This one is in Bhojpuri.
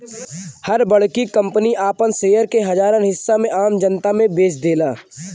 हर बड़की कंपनी आपन शेयर के हजारन हिस्सा में आम जनता मे बेच देला